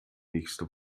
nächste